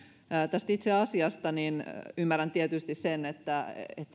tähän itse asiaan ymmärrän tietysti sen että